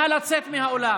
נא לצאת מהאולם.